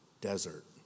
desert